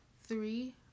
Three